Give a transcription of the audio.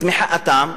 את מחאתם,